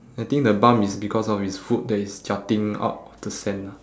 I think the bump is because of his foot that is jutting out of the sand lah